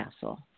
Castle